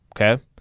Okay